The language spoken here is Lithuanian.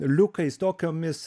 liukais tokiomis